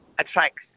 attracts